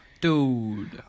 dude